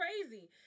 crazy